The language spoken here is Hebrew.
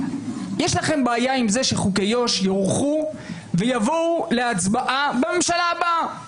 יש לכם בעיה עם זה שחוקי יו"ש יוארכו ויבואו להצבעה בממשלה הבאה,